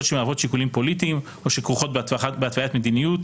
אשר מערבות שיקולים פוליטיים או כרוכות בהתוויית מדיניות,